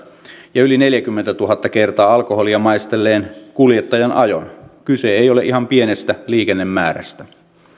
ja yli neljäkymmentätuhatta kertaa alkoholia maistelleen kuljettajan ajon kyse ei ole ihan pienestä liikennemäärästä